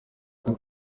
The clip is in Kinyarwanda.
uko